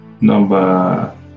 number